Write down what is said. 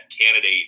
candidate